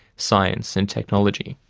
science and technology.